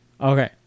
Okay